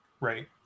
right